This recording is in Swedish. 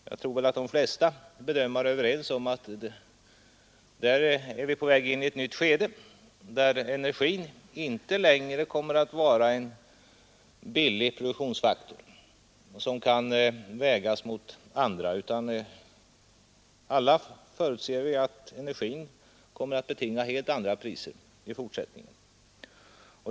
Jag tror att de flesta bedömare är överens om att vi är på väg in i ett nytt skede, där energin inte längre kommer att vara en billig produktionsfaktor som kan vägas mot andra, och att vi alla förutser att energin kommer att betinga helt andra priser i fortsättningen.